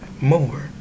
more